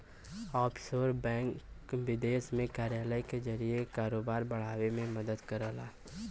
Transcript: offshore bank विदेश में कार्यालय के जरिए कारोबार बढ़ावे में मदद करला